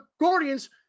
Guardians